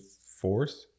fourth